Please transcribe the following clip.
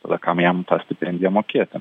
tada kam jam tą stipendiją mokėti